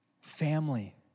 family